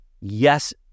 Yes